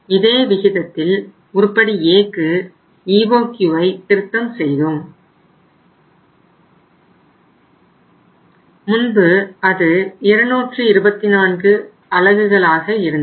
இதே விகிதத்தில் உருப்படி Aக்கு EOQஐ திருத்தம் செய்தோம் முன்பு அது 224 அலகுகளாக இருந்தது